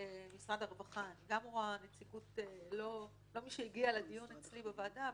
אני רואה נציגות של משרד הרווחה לא הנציגות שהיתה אצלי בוועדה,